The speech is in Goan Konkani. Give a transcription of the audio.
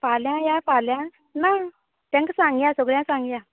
फाल्यां या फाल्यां ना तेंका सांगया सगळ्यां सांगया